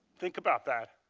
think about that.